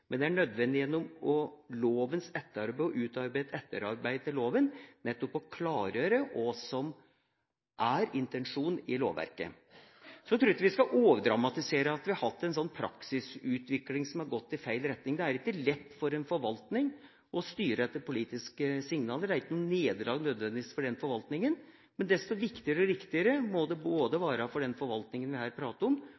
men det er nødvendig – gjennom lovens etterarbeid – å utarbeide et etterarbeid til loven nettopp for å klargjøre hva som er intensjonen i lovverket. Så tror jeg ikke vi skal overdramatisere at vi har hatt en praksisutvikling som har gått i feil retning. Det er ikke lett for en forvaltning å styre etter politiske signaler, og det er ikke noe nederlag nødvendigvis for den forvaltninga. Men desto viktigere og riktigere må det være – både